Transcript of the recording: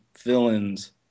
villains